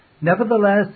Nevertheless